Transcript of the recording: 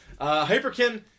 Hyperkin